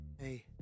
Hey